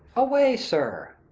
away, sir.